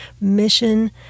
mission